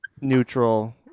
neutral